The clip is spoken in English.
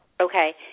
Okay